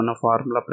formula